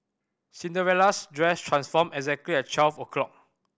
Cinderella's dress transformed exactly at twelve o'clock